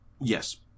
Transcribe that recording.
Yes